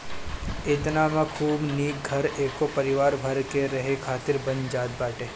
एतना में खूब निक घर एगो परिवार भर के रहे खातिर बन जात बाटे